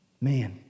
Man